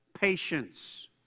patience